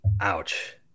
Ouch